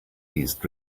east